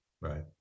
right